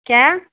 کیا